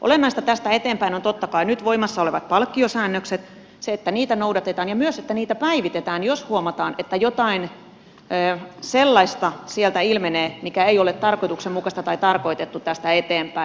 olennaista tästä eteenpäin on totta kai nyt voimassa olevat palkkiosäännökset se että niitä noudatetaan ja myös että niitä päivitetään jos huomataan että jotain sellaista sieltä ilmenee mikä ei ole tarkoituksenmukaista tai tarkoitettu tästä eteenpäin